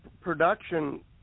production